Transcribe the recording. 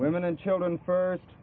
women and children first